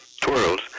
twirls